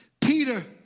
Peter